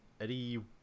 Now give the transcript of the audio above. Eddie